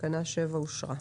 תקנה מספר 7 אושרה.